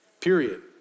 period